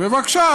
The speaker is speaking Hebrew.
ובבקשה,